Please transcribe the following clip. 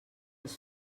els